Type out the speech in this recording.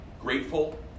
grateful